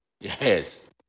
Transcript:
Yes